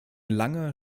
langer